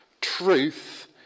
truth